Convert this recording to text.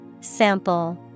Sample